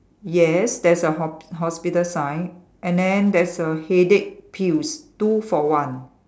yes there's a ho~ hospital sign and then there's a headache pills two for one